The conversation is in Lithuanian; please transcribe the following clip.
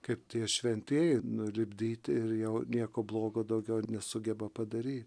kaip tie šventieji nulipdyti ir jau nieko blogo daugiau nesugeba padaryt